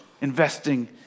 investing